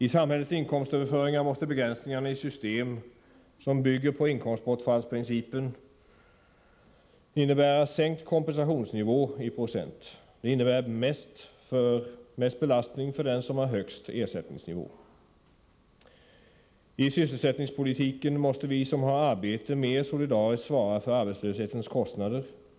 I samhällets inkomstöverföringar måste begränsningarna i system som bygger på inkomstbortfallsprincipen innebära sänkt kompensationsnivå i procent. Det innebär mest belastning för den som har högst ersättningsnivå. I sysselsättningspolitiken måste vi som har arbete mer solidariskt svara för arbetslöshetens kostnader.